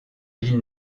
ville